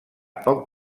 poc